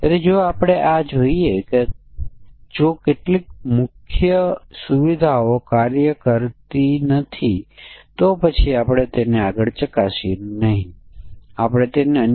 અને જો આપણે અમાન્ય મુદ્દાઓને ધ્યાનમાં લઈએ તો આપણે 101 અને 0 ને ધ્યાનમાં લેવાની પણ જરૂર રહેશે તેથી તે તેને 7